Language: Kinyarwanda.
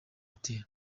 hotel